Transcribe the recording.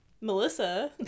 Melissa